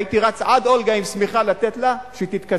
והייתי רץ עד אולגה עם שמיכה לתת לה שתתכסה,